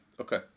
Okay